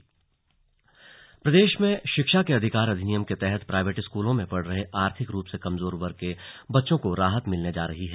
slug Arvind Pandey प्रदेश में शिक्षा के अधिकार अधिनियम के तहत प्राइवेट स्कूलों में पढ़ रहे आर्थिक रूप से कमजोर वर्ग के बच्चों को राहत मिलने जा रही है